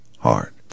hard